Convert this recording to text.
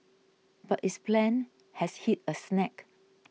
but its plan has hit a snag